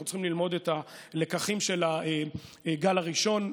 אנחנו צריכים ללמוד את הלקחים של הגל הראשון.